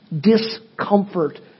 Discomfort